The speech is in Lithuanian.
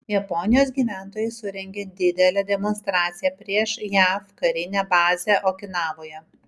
japonijos gyventojai surengė didelę demonstraciją prieš jav karinę bazę okinavoje